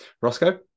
Roscoe